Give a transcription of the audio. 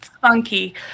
funky